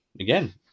Again